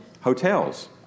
Hotels